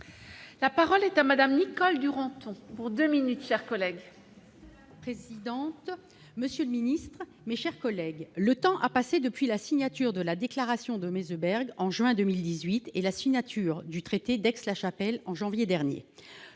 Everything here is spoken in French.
La parole est à madame Nicole Duranton pour 2 minutes chers collègues. Présidente, monsieur le Ministre, mes chers collègues, le temps a passé, depuis la signature de la déclaration de Meseberg en juin 2018 et la signature du traité d'Aix- la-Chapelle, en janvier dernier,